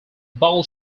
bowl